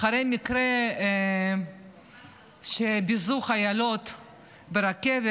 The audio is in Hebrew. אמר כך אחרי מקרה שבו ביזו חיילות ברכבת: